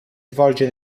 svolge